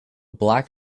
black